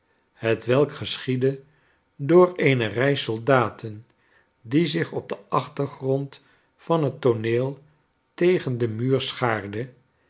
hetwelk geschiedde door eene rij soldaten die zich op den achtergrond van het tooneel tegen den muur schaarde